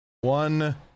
One